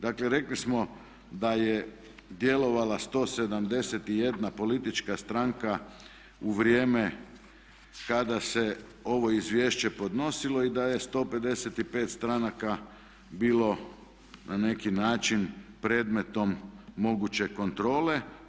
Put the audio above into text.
Dakle rekli smo da je djelovala 171 politička stranka u vrijeme kada se ovo izvješće podnosilo i da je 155 stranaka bilo na neki način predmetom moguće kontrole.